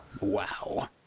Wow